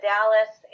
Dallas